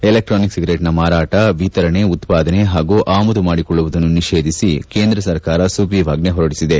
electronic ಸಿಗರೇಟ್ನ ಮಾರಾಟ ವಿತರಣೆ ಉತ್ಪಾದನೆ ಹಾಗೂ ಆಮದು ಮಾಡಿಕೊಳ್ಳುವುದನ್ನು ನಿಷೇಧಿಸಿ ಕೇಂದ್ರ ಸರ್ಕಾರ ಸುಗ್ರೀವಾಜ್ಞ್ನೆ ಹೊರಡಿಸಿದೆ